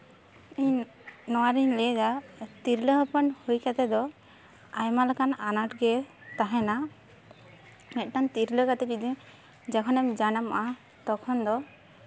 ᱤᱧ ᱱᱚᱣᱟᱨᱤᱧ ᱞᱟᱹᱭᱫᱟ ᱛᱤᱨᱞᱟᱹ ᱦᱚᱯᱚᱱ ᱦᱩᱭ ᱠᱟᱛᱮ ᱫᱚ ᱟᱭᱢᱟ ᱞᱮᱠᱟᱱ ᱟᱱᱟᱴ ᱜᱮ ᱛᱟᱦᱮᱱᱟ ᱢᱤᱫᱴᱟᱱ ᱛᱤᱨᱞᱟᱹ ᱠᱟᱛᱮᱜ ᱡᱩᱫᱤ ᱡᱚᱠᱷᱚᱱᱮᱢ ᱡᱟᱱᱟᱢᱚᱜᱼᱟ ᱛᱚᱠᱷᱚᱱ ᱫᱚ